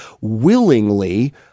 willingly